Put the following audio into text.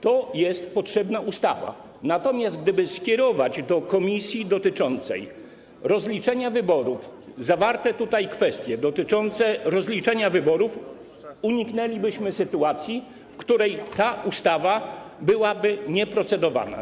To jest potrzebna ustawa, natomiast gdyby skierować do komisji ds. rozliczenia wyborów zawarte tutaj kwestie dotyczące rozliczania wyborów, uniknęlibyśmy sytuacji, w której ta ustawa byłaby nieprocedowana.